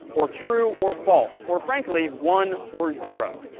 or true or false, or, frankly, one or zero.